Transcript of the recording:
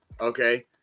okay